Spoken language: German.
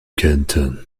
kentern